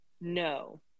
No